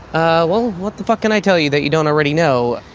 ah well what the fuck can i tell you that you don't already know.